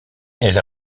elle